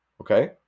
Okay